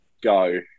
Go